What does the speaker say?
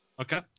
Okay